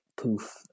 poof